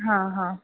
हां हां